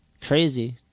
Crazy